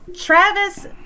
Travis